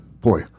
boy